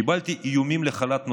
קיבלתי איומים לחל"ת נוסף,